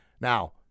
Now